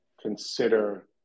consider